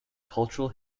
cultural